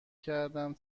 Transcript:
کردم